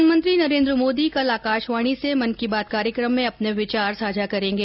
प्रधानमंत्री नरेन्द्र मोदी कल आकाशवाणी के मन की बात कार्यक्रम में अपने विचार साझा करेंगे